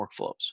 workflows